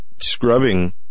scrubbing